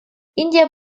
индия